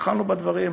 התחלנו בדברים,